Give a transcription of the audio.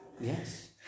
Yes